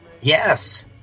Yes